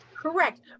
correct